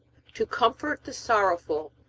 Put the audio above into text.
to comfort the sorrowful,